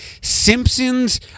Simpsons